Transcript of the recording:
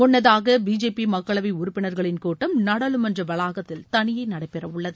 முன்னதாக பிஜேபி மக்களவை உறுப்பினர்களின் கூட்டம் நாடாளுமன்ற வளாகத்தில் தனியே நடைபெறவுள்ளது